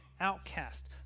outcast